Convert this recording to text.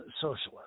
socialist